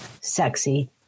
sexy